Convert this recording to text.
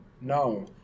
No